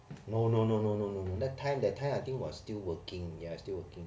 no no no no no no that time that time I think was still working ya still working